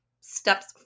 steps